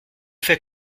fait